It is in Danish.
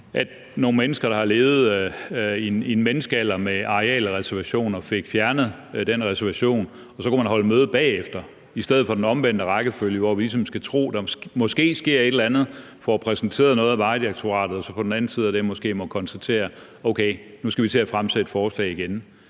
at nogle mennesker, der har levet i en menneskealder med arealreservationer, fik fjernet de reservationer, og at så kunne man holde møde bagefter? I stedet for er det den omvendte rækkefølge, hvor vi ligesom skal tro, at der måske sker et eller andet, får præsenteret noget af Vejdirektoratet og så på den anden side af det måske må konstatere: Okay, nu skal vi til at fremsætte forslag igen.